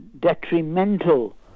detrimental